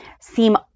seem